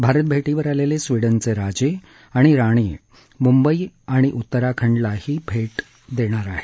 भारत भेटीवर आलेले स्विडनचे राजे आणि राणी मुंबई आणि उत्तराखंडलाही भेट देणार आहेत